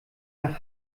nach